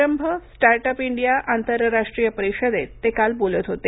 प्रारंभः start up India आंतरराष्ट्रीय परिषदेत ते काल बोलत होते